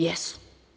Jesu.